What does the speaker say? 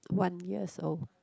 one years old